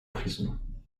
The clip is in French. prison